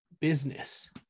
business